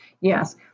Yes